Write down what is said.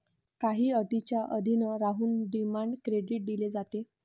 काही अटींच्या अधीन राहून डिमांड क्रेडिट दिले जाते